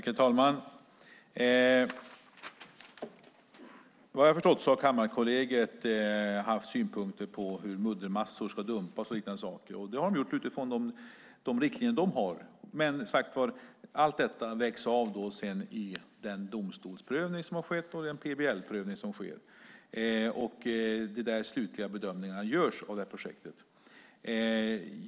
Herr talman! Jag har förstått att Kammarkollegiet har haft synpunkter på hur muddermassor ska dumpas och liknande saker, och det har de gjort utifrån de riktlinjer de har. Men allt detta vägs sedan av i den domstolsprövning som har skett och den PBL-prövning som sker. Det är där de slutliga bedömningarna av projektet görs.